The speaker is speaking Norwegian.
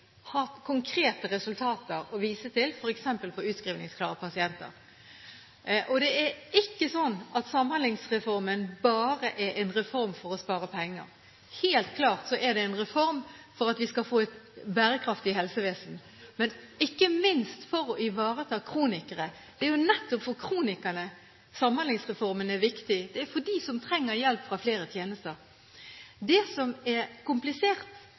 har startet opp – hatt konkrete resultater å vise til, f.eks. for utskrivningsklare pasienter. Det er ikke slik at Samhandlingsreformen bare er en reform for å spare penger. Helt klart er det en reform for at vi skal få et bærekraftig helsevesen, men ikke minst for å ivareta kronikere. Det er jo nettopp for kronikerne Samhandlingsreformen er viktig, det er for dem som trenger hjelp fra flere tjenester. Det som er komplisert